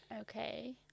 okay